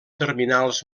terminals